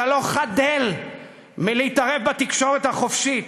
אתה לא חדל מלהתערב בתקשורת החופשית,